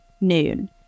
noon